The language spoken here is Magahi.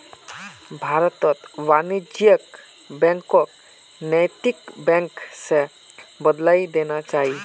भारतत वाणिज्यिक बैंकक नैतिक बैंक स बदलइ देना चाहिए